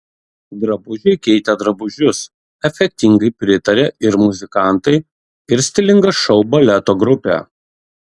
drabužiai keitė drabužius efektingai pritarė ir muzikantai ir stilinga šou baleto grupė